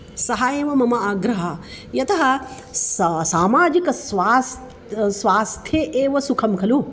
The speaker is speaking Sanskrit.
सः एव मम आग्रहः यतः स्स सामाजिकस्वास् स्वास्थ्ये एव सुखं खलु